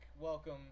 Welcome